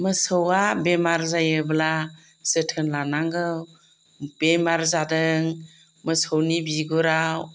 मोसौआ बेमार जायोब्ला जोथोन लानांगौ बेमार जादों मोसौनि बिगुराव